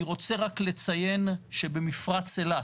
אני רוצה רק לציין, שבמפרץ אילת